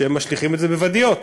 שמשליכים את זה בוואדיות,